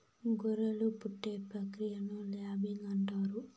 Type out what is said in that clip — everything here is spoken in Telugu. గొర్రెలు పుట్టే ప్రక్రియను ల్యాంబింగ్ అంటారు